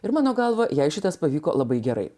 ir mano galvą jai šitas pavyko labai gerai